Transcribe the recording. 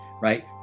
right